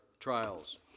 trials